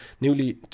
newly